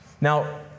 Now